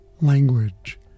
language